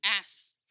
ass